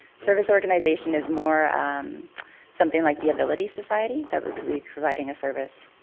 service organization is more something like the ability society, that would be providing a service